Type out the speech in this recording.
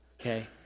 okay